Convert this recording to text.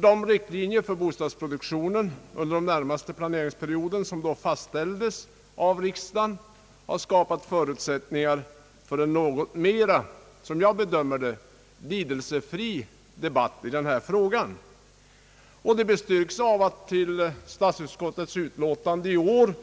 De riktlinjer för bostadsproduktionen under den närmaste planeringsperioden, som då fastställdes av riksdagen, har skapat förutsättningar för en, som jag bedömer det, något mera lidelsefri debatt i denna fråga. Detta bestyrks av att till statsutskottets utlåtande i år